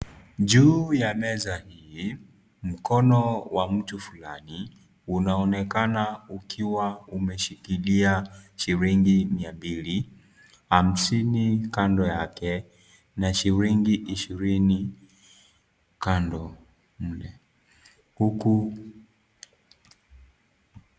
Juu ya meza hii mkono wa mtu fulani, unaonekana ukiwa umeshikilia shilingi mia mbili, hamsini Kando yake na shilingi ishirini kando, huku.